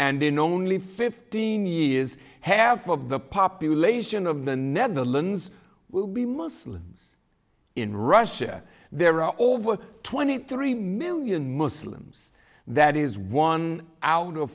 and then only fifteen years have of the population of the netherlands will be muslims in russia there are over twenty three million muslims that is one out of